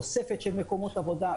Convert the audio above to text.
תוספת של מקומות עבודה,